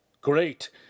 great